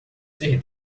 ser